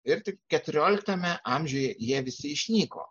ir tik keturioliktame amžiuje jie visi išnyko